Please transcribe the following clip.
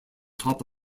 top